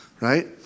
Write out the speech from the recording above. right